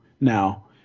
now